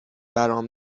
برام